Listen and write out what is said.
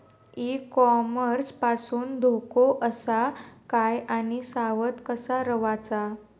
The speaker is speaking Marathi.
ई कॉमर्स पासून धोको आसा काय आणि सावध कसा रवाचा?